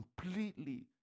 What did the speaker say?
completely